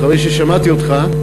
אחרי ששמעתי אותך,